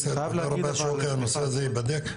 תודה רבה שאוקי, הנושא הזה ייבדק.